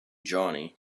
johnny